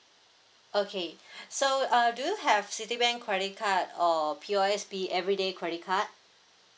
okay so uh do you have Citibank credit card or P_O_S_B everyday credit card